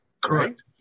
correct